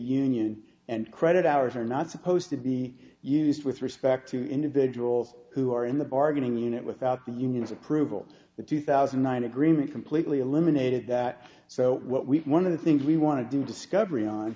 union and credit hours are not supposed to be used with respect to individuals who are in the bargaining unit without the unions approval the two thousand and nine agreement completely eliminated that so what we one of the things we want to do discovery on